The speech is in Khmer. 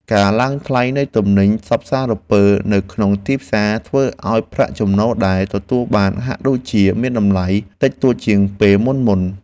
ការឡើងថ្លៃនៃទំនិញសព្វសារពើនៅក្នុងទីផ្សារធ្វើឱ្យប្រាក់ចំណូលដែលទទួលបានហាក់ដូចជាមានតម្លៃតិចតួចជាងពេលមុនៗ។